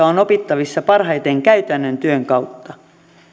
on opittavissa parhaiten käytännön työn kautta